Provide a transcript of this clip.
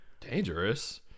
Dangerous